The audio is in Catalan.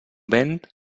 vent